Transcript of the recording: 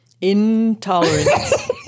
Intolerance